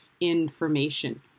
information